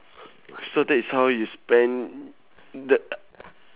so that is how you spend the